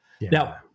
Now